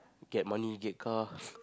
get money get car